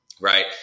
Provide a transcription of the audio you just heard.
Right